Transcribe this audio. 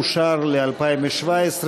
אושר ל-2017.